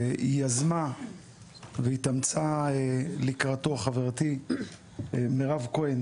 שיזמה והתאמצה לקראתו חברתי מירב כהן